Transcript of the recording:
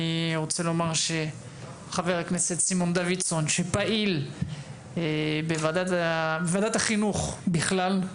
חבר הכנסת סימון דווידסון פעיל בוועדת החינוך בכלל,